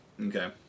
Okay